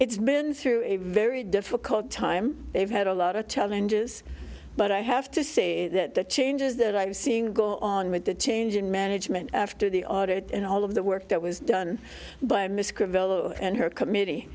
it's been through a very difficult time they've had a lot of challenges but i have to say that the changes that i was seeing go on with the change in management after the audit and all of the work that was done by misc revelle and her committee